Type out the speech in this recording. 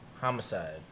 homicide